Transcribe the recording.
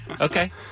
Okay